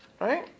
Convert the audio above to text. Right